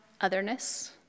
otherness